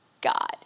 God